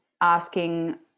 asking